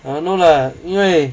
I don't know lah 因为